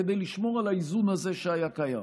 כדי לשמור על האיזון הזה שהיה קיים.